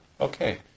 okay